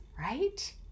right